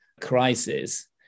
crisis